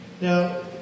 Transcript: Now